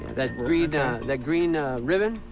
that green that green ribbon.